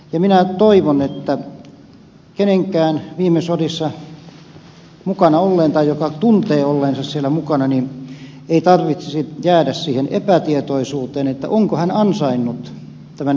minä toivon että kenenkään viime sodissa mukana olleen tai sellaisen joka tuntee olleensa niissä mukana ei tarvitsisi jäädä siihen epätietoisuuteen onko hän ansainnut tämän veteraanitunnuksen